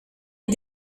est